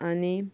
आनी